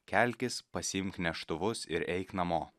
kelkis pasiimk neštuvus ir eik namo